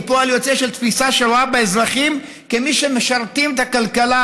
הוא פועל יוצא של תפיסה שרואה באזרחים כמי שמשרתים את הכלכלה,